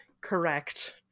correct